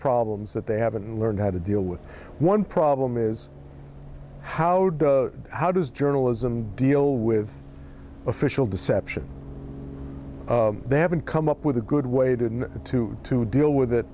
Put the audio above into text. problems that they haven't learned how to deal with one problem is how does how does journalism deal with official deception they haven't come up with a good way to to to deal with